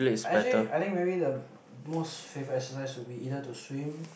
actually I think maybe the most favourite exercise would be either to swim